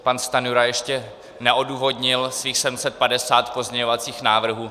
Pan Stanjura ještě neodůvodnil svých 750 pozměňovacích návrhů.